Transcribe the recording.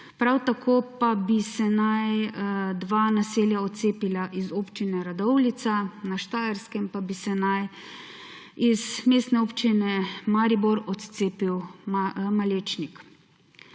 prav tako pa bi se naj dve naselji odcepili iz Občine Radovljica, na Štajerskem pa bi se naj iz Mestne občine Maribor odcepil Malečnik.